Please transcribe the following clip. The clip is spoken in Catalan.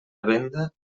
venda